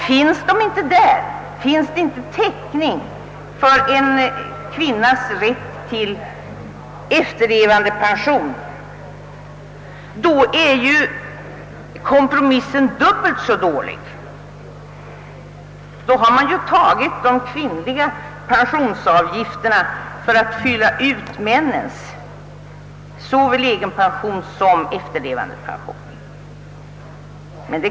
Finns det därför inte täckning för en kvinnas efterlevandepension är ju kompromissen dubbelt så dålig, ty det betyder att man har använt kvinnornas pensionsavgifter till att fylla ut männens såväl egenpension som efterlevandepension.